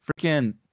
freaking